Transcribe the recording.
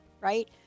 right